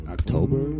October